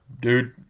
dude